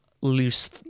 loose